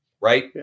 right